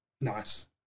Nice